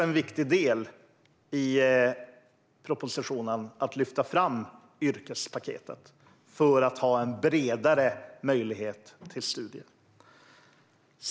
En viktig del i propositionen att lyfta fram är också yrkespaketet, som ger en bredare möjlighet till studier.